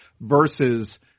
versus